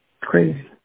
crazy